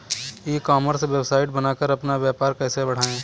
ई commerce website बनाकर अपना व्यापार कैसे बढ़ाएँ?